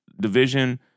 division